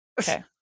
Okay